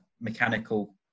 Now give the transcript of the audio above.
mechanical